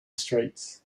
streets